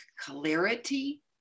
clarity